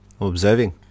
observing